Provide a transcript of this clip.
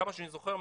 עד כמה שאני זוכר,